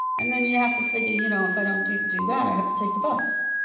and then you have to figure, you know if i don't do do that, i have to take the bus.